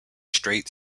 straight